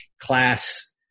class